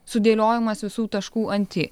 sudėliojimas visų taškų ant i